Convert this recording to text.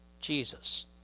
Jesus